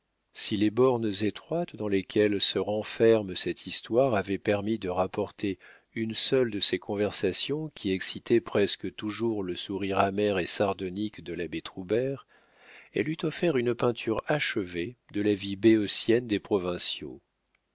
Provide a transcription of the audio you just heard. si les bornes étroites dans lesquelles se renferme cette histoire avaient permis de rapporter une seule de ces conversations qui excitaient presque toujours le sourire amer et sardonique de l'abbé troubert elle eût offert une peinture achevée de la vie béotienne des provinciaux